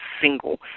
single